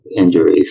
injuries